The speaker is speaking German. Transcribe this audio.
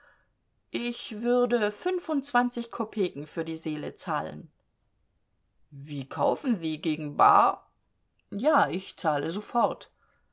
ich würde fünfundzwanzig kopeken für die seele zahlen wie kaufen sie gegen bar ja ich zahle sofort